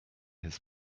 his